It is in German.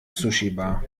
sushibar